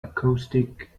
acoustic